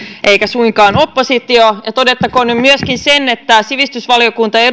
eikä suinkaan oppositio todettakoon nyt myöskin se että sivistysvaliokunta ja